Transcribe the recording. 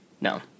No